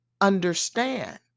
understand